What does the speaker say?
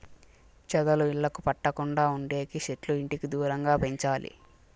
చెదలు ఇళ్లకు పట్టకుండా ఉండేకి సెట్లు ఇంటికి దూరంగా పెంచాలి